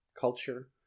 culture